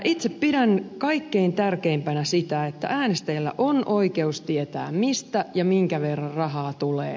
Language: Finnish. itse pidän kaikkein tärkeimpänä sitä että äänestäjällä on oikeus tietää mistä ja minkä verran rahaa tulee